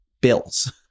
bills